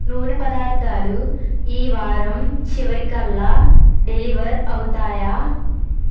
నూనె పదార్థాలు ఈ వారం చివరికల్లా డెలివర్ అవుతాయా